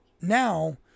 now